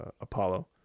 Apollo